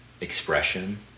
expression